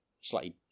slightly